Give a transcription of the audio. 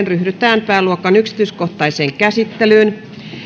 ryhdytään pääluokan yksityiskohtaiseen käsittelyyn